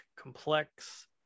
complex